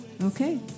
Okay